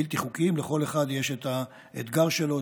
לכל אחד יש את האתגר שלו,